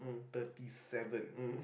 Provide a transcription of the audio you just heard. thirty seven